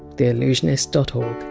theallusionist dot o